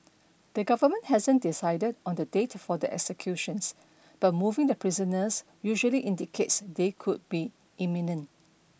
the government hasn't decided on the date for the executions but moving the prisoners usually indicates they could be imminent